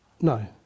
No